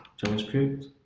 javascript